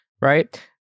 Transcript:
right